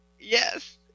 Yes